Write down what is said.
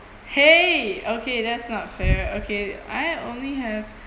!hey! okay that's not fair okay I only have